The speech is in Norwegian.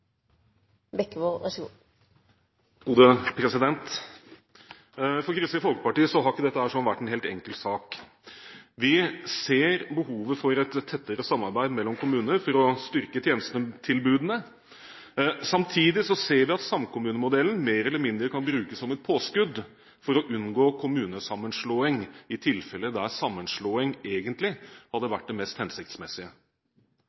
For Kristelig Folkeparti har ikke dette vært en så helt enkel sak. Vi ser behovet for et tettere samarbeid mellom kommuner for å styrke tjenestetilbudene. Samtidig ser vi at samkommunemodellen mer eller mindre kan brukes som et påskudd for å unngå kommunesammenslåing i tilfeller der sammenslåing egentlig hadde